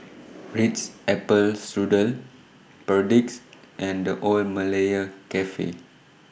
Ritz Apple Strudel Perdix and The Old Malaya Cafe